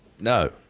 No